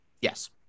Yes